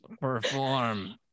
perform